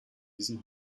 diesem